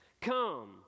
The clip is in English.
Come